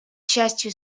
частью